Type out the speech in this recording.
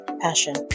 passion